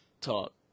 talk